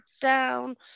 down